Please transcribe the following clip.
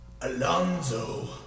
Alonso